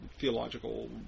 theological